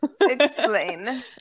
Explain